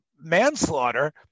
manslaughter